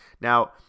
Now